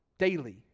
daily